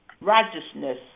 righteousness